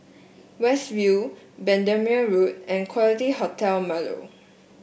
West View Bendemeer Road and Quality Hotel Marlow